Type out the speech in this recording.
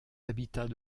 habitats